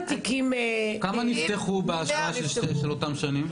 כמה נפתחו בהשוואה של אותן שנים?